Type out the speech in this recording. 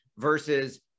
versus